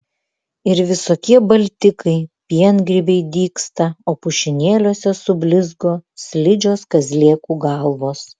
ir visokie baltikai piengrybiai dygsta o pušynėliuose sublizgo slidžios kazlėkų galvos